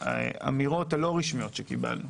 האמירות הלא רשמיות שקיבלנו